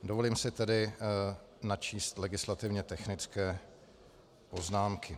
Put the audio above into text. Dovolím si tedy načíst legislativně technické poznámky.